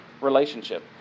relationship